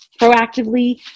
Proactively